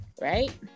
right